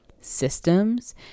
systems